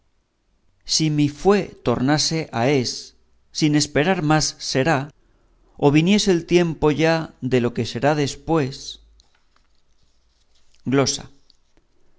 si mi fue tornase a es sin esperar más será o viniese el tiempo ya de lo que será después glosa